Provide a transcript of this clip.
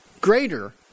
greater